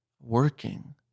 working